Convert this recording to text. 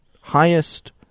highest